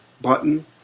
button